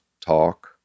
talk